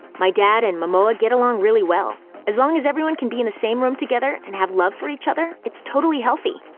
my dad and ah ah get along really well as long as everyone can be in the same room together, and have love for each other, it's totally healthy.